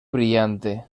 brillante